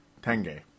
Tenge